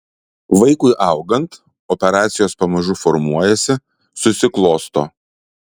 vaikui augant operacijos pamažu formuojasi susiklosto